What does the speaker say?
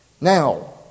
Now